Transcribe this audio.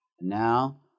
now